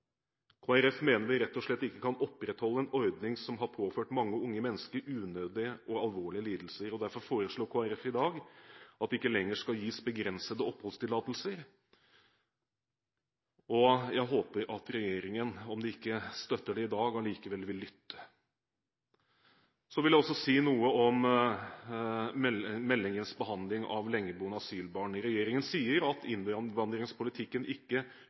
Folkeparti mener at vi rett og slett ikke kan opprettholde en ordning som har påført mange unge mennesker unødige og alvorlige lidelser. Derfor foreslår Kristelig Folkeparti i dag at det ikke lenger skal gis begrensede oppholdstillatelser. Jeg håper at regjeringen, om de ikke støtter det i dag, allikevel vil lytte. Jeg vil også si noe om meldingens behandling av lengeboende asylbarn. Regjeringen sier at innvandringspolitikken ikke